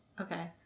Okay